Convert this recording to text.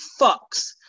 fucks